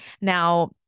Now